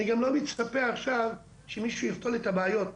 אני גם לא מצפה עכשיו שמישהו יפתור את הבעיות,